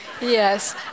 Yes